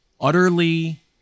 utterly